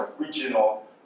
original